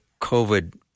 COVID